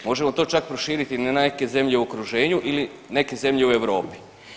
Možemo to čak proširiti na neke zemlje u okruženju ili neke zemlje u Europi.